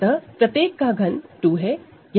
अतः प्रत्येक का घन2 है